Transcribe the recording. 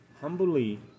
humbly